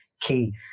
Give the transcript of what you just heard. key